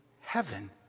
heaven